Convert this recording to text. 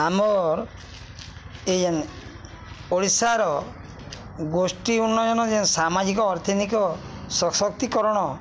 ଆମର୍ ଏଇ ଓଡ଼ିଶାର ଗୋଷ୍ଠୀ ଉନ୍ନୟନ ଯେନ୍ ସାମାଜିକ ଅର୍ଥନିକ ସଶକ୍ତିକରଣ